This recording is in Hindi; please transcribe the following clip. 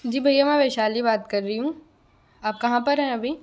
जी भैया मैं वैशाली बात कर रही हूँ आप कहाँ पर हैं अभी